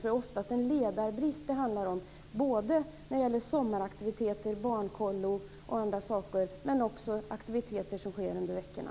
Det handlar nämligen ofta om ledarbrist, både när det gäller sommaraktiviteter - barnkollo och annat - och aktiviteter som sker under veckorna.